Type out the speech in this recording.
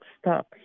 stop